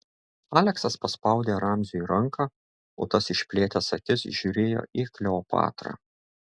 aleksas paspaudė ramziui ranką o tas išplėtęs akis žiūrėjo į kleopatrą